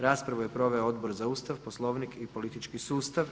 Raspravu je proveo Odbor za Ustav, Poslovnik i politički sustav.